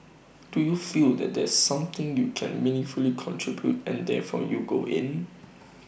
do you feel that there's something you can meaningfully contribute and therefore you go in